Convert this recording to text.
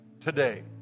today